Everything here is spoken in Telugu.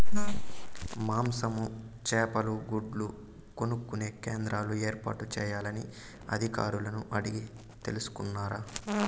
మాంసము, చేపలు, గుడ్లు కొనుక్కొనే కేంద్రాలు ఏర్పాటు చేయాలని అధికారులను అడిగి తెలుసుకున్నారా?